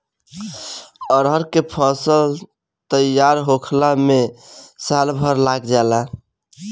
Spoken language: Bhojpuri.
अरहर के फसल तईयार होखला में साल भर लाग जाला